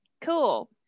cool